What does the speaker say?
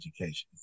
education